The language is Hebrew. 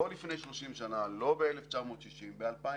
לא לפני 30 שנה, לא ב-1960, ב-2003,